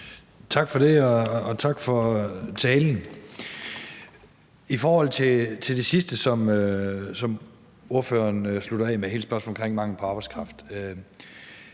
Tak for det, og tak for talen. Det sidste, som ordføreren slutter af med, hele spørgsmålet om mangel på arbejdskraft,